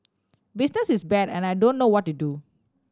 business is bad and I don't know what to do